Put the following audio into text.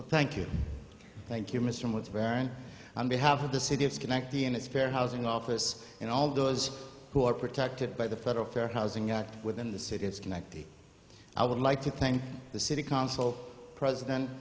you thank you thank you mr mcferrin on behalf of the city of schenectady and its fair housing office and all those who are protected by the federal fair housing act within the city it's connected i would like to thank the city council president